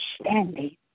standing